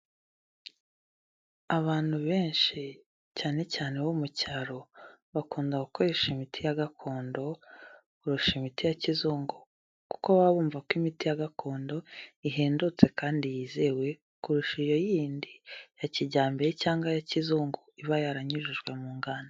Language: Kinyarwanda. Abantu benshi cyane cyane bo mu cyaro, bakunda gukoresha imiti ya gakondo, kurusha imiti ya kizungu. Kuko baba bumva ko imiti ya gakondo ihendutse kandi yizewe kurusha iyo yindi ya kijyambere cyangwa iya kizungu iba yaranyujijwe mu nganda.